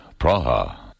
Praha